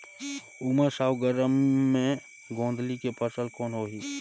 उमस अउ गरम मे गोंदली के फसल कौन होही?